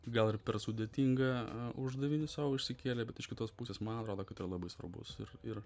gal ir per sudėtingą uždavinį sau išsikėlę bet iš kitos pusės man atrodo kad tai yra labai svarbus ir ir